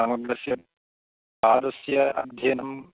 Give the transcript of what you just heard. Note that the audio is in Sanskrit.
समग्रस्य तादृश्य अध्ययनम्